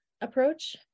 approach